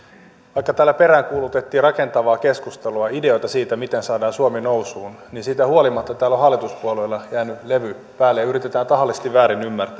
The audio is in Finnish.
vaikka täällä peräänkuulutettiin rakentavaa keskustelua ideoita siitä miten saadaan suomi nousuun niin siitä huolimatta täällä on hallituspuolueilla jäänyt levy päälle ja yritetään tahallisesti ymmärtää väärin